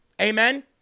Amen